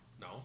No